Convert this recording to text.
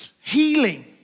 Healing